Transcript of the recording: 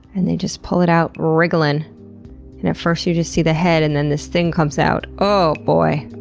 and they just pull it out wriggling. and at first you just see the head, and then this thing comes out. oh boy!